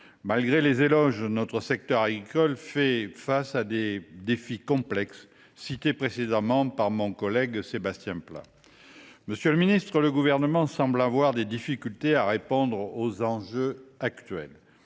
Malgré les éloges, notre secteur agricole fait face à des défis complexes, cités précédemment par mon collègue Sebastien Pla. Monsieur le ministre, le Gouvernement semble avoir des difficultés à répondre aux enjeux actuels.